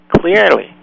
clearly